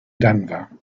denver